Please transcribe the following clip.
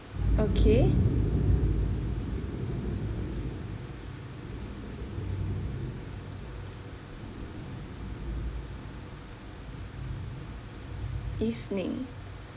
okay evening